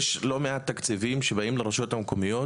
יש לא מעט תקציבים שבאים לרשויות המקומיות